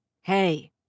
Hey